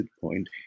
point